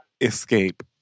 escape